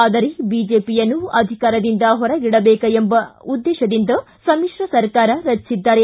ಆದರೆ ಬಿಜೆಪಿಯನ್ನು ಅಧಿಕಾರದಿಂದ ಹೊರಗಿಡಬೇಕು ಎಂಬ ಉದ್ದೇಶದಿಂದ ಸಮ್ಮಿತ್ರ ಸರ್ಕಾರ ರಚಿಸಿದ್ದಾರೆ